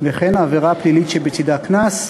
וכן עבירה פלילית שבצדה קנס.